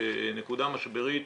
כנקודה משברית